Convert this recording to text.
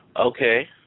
okay